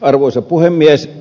arvoisa puhemies